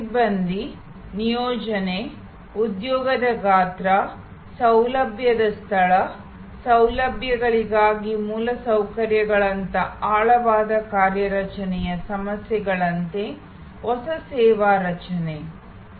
ಸಿಬ್ಬಂದಿ ನಿಯೋಜನೆ ಉದ್ಯೋಗದ ಗಾತ್ರ ಸೌಲಭ್ಯದ ಸ್ಥಳ ಸೌಲಭ್ಯಗಳಿಗಾಗಿ ಮೂಲಸೌಕರ್ಯಗಳಂತಹ ಆಳವಾದ ಕಾರ್ಯಾಚರಣೆಯ ಸಮಸ್ಯೆಗಳಂತೆ ಹೊಸ ಸೇವಾ ರಚನೆ ಒಳಗೊಂಡಿದೆ